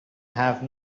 have